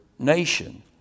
Nation